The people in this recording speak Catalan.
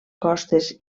costes